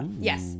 yes